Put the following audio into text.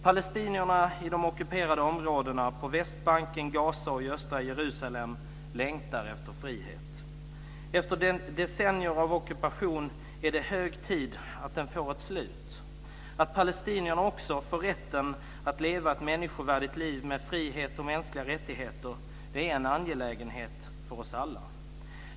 Palestinierna i de ockuperade områdena på Västbanken, i Gaza och östra Jerusalem längtar efter frihet. Efter decennier av ockupation är det hög tid att den får ett slut. Att palestinierna också får rätten att leva ett människovärdigt liv med frihet och mänskliga rättigheter är en angelägenhet för oss alla.